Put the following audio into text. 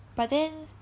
but then